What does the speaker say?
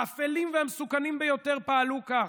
האפלים והמסוכנים ביותר פעלו כך.